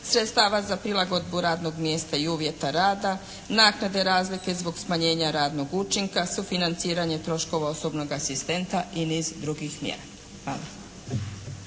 sredstava za prilagodbu radnog mjesta i uvjeta rada, naknade razlike zbog smanjenja radnog učinka, sufinanciranje troškova osobnog asistenta i niz drugih mjera.